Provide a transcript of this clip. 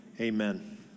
amen